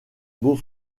beau